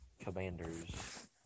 Commanders